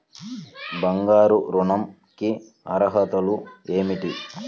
బంగారు ఋణం కి అర్హతలు ఏమిటీ?